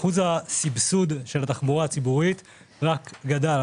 אחוז הסבסוד של התחבורה הציבורית רק גדל,